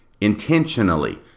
intentionally